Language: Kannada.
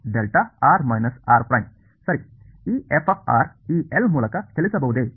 ಈ f ಈ L ಮೂಲಕ ಚಲಿಸಬಹುದೇ